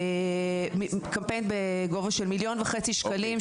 קמפיין בגובה של 1.5 מיליון שקלים,